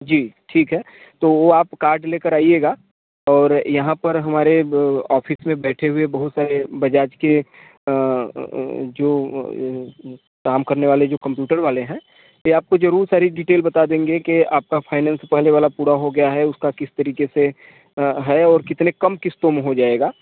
जी ठीक है तो आप कार्ड ले कर आइएगा और यहाँ पर हमारे ऑफिस में बैठे हुए बहुत सारे बजाज के जो काम करने वाले जो कंप्यूटर वाले हैं वे आपको ज़रूर सारी डिटेल बता देंगे के आपका फाइनेंस पहले वाला पूरा हो गया है उसका किस तरीक़े से है और कितने कम किस्तों में हो जाएगा